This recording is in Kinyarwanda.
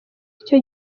icyo